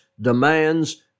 demands